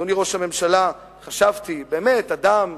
אדוני ראש הממשלה, חשבתי: באמת, אדם,